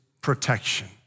protection